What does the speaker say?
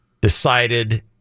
decided